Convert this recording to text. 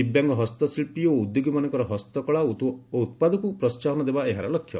ଦିବ୍ୟାଙ୍ଗ ହସ୍ତଶିଳ୍ପୀ ଓ ଉଦ୍ୟୋଗୀମାନଙ୍କର ହସ୍ତକଳା ଓ ଉତ୍ପାଦକୁ ପ୍ରୋହାହନ ଦେବା ଏହାର ଲକ୍ଷ୍ୟ